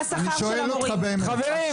חברים.